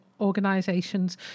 organisations